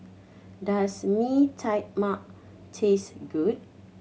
does Mee Tai Mak taste good